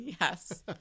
Yes